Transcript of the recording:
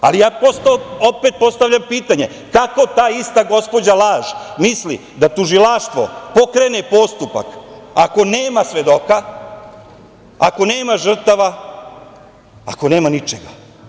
Ali, ja posle opet postavljam pitanje kako ta ista gospođa laž misli da tužilaštvo pokrene postupak ako nema svedoka, ako nema žrtava, ako nema ničega?